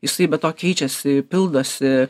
jisai be to keičiasi pildosi